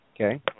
Okay